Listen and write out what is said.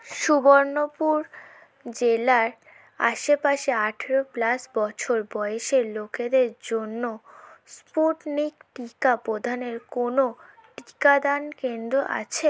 সুগর্ণপুর জেলার আশেপাশে আঠারো প্লাস বছর বয়সের লোকেদের জন্য স্পুটনিক টিকা প্রদানের কোনো টিকাদান কেন্দ্র আছে